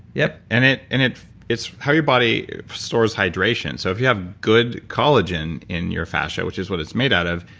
yup and and it's it's how your body stores hydration. so if you have good collagen in your fascia, which is what it's made out of,